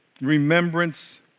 remembrance